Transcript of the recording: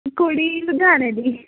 ਕੁੜੀ ਲੁਧਿਆਣੇ ਦੀ